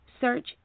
search